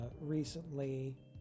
recently